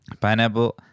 pineapple